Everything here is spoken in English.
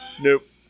nope